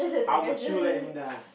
how would you let him down